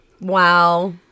Wow